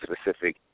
specific